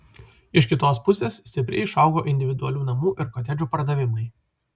iš kitos pusės stipriai išaugo individualių namų ir kotedžų pardavimai